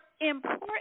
important